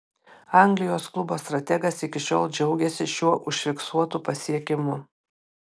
anglijos klubo strategas iki šiol džiaugiasi šiuo užfiksuotu pasiekimu